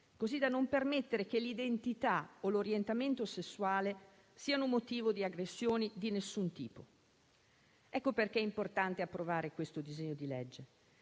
così da non permettere che l'identità o l'orientamento sessuale siano motivo di aggressioni di nessun tipo. Ecco perché è importante approvare questo disegno di legge,